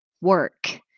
work